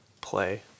play